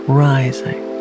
rising